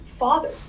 Father